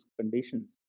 conditions